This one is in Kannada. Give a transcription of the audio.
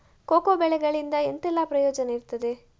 ಕೋಕೋ ಬೆಳೆಗಳಿಂದ ಎಂತೆಲ್ಲ ಪ್ರಯೋಜನ ಇರ್ತದೆ?